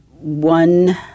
one